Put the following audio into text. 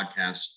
podcast